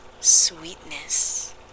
Sweetness